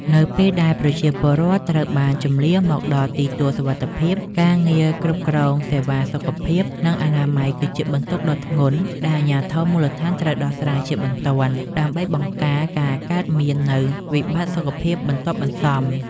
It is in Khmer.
នៅពេលដែលប្រជាពលរដ្ឋត្រូវបានជម្លៀសមកដល់ទីទួលសុវត្ថិភាព ការងារគ្រប់គ្រងសេវាសុខភាព និងអនាម័យគឺជាបន្ទុកដ៏ធ្ងន់ដែលអាជ្ញាធរមូលដ្ឋានត្រូវដោះស្រាយជាបន្ទាន់ ដើម្បីបង្ការការកើតមាននូវវិបត្តិសុខភាពបន្ទាប់បន្សំ។